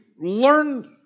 learn